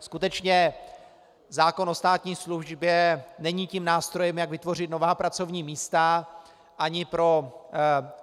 Skutečně zákon o státní službě není tím nástrojem, jak vytvořit nová pracovní místa, ani pro